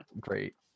great